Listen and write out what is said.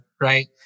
right